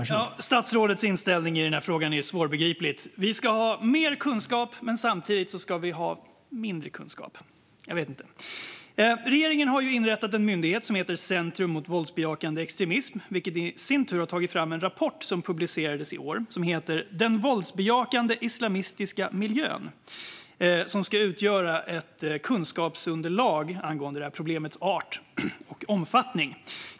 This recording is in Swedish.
Herr ålderspresident! Statsrådets inställning i den här frågan är svårbegriplig. Vi ska ha mer kunskap, men samtidigt ska vi ha mindre kunskap - jag vet inte. Regeringen har inrättat en myndighet som heter Center mot våldsbejakande extremism, vilken i sin tur har tagit fram en rapport som publicerades i år. Rapporten heter Den våldsbejakande islamistiska miljön och ska utgöra ett kunskapsunderlag angående problemets art och omfattning.